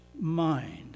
mind